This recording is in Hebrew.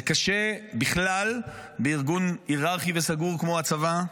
זה קשה בכלל בארגון היררכי וסגור כמו הצבא.